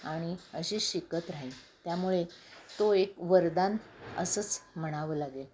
आणि अशी शिकत राहीन त्यामुळे तो एक वरदान असंच म्हणावं लागेल